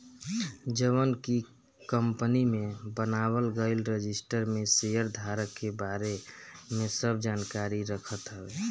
जवन की कंपनी में बनावल गईल रजिस्टर में शेयरधारक के बारे में सब जानकारी रखत हवे